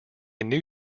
new